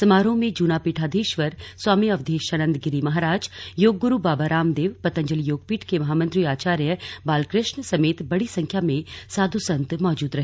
समारोह में जूना पीठाधीश्वर स्वामी अवधेशानंद गिरी महाराज योगग्रु बाबा रामदेव पतंजलि योगपीठ के महामंत्री आचार्य बालकृष्ण समेत बड़ी संख्या में साधु संत मौजूद रहे